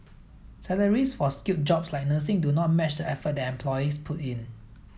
salaries for skilled jobs like nursing do not match the effort that employees put in